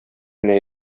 генә